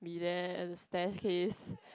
be there and staircase